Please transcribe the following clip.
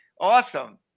Awesome